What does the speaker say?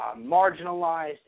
marginalized